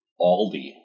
Aldi